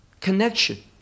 connection